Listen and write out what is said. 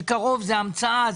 ש-קרוב הוא המצאה,